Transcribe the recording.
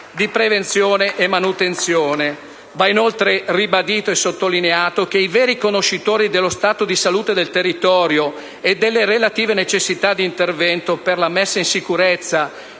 dal Gruppo* *LN-Aut**).* Va inoltre ribadito e sottolineato che i veri conoscitori dello stato di salute del territorio e delle relative necessità di intervento per la messa in sicurezza